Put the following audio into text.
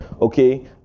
Okay